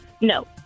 No